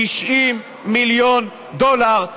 ו-70 מיליון סיבות,